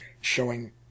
showing